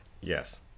Yes